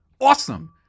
awesome